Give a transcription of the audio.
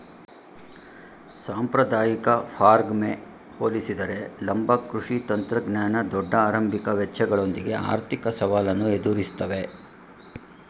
ಸಾಂಪ್ರದಾಯಿಕ ಫಾರ್ಮ್ಗೆ ಹೋಲಿಸಿದರೆ ಲಂಬ ಕೃಷಿ ತಂತ್ರಜ್ಞಾನ ದೊಡ್ಡ ಆರಂಭಿಕ ವೆಚ್ಚಗಳೊಂದಿಗೆ ಆರ್ಥಿಕ ಸವಾಲನ್ನು ಎದುರಿಸ್ತವೆ